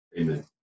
Amen